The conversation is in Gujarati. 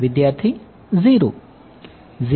વિદ્યાર્થી 0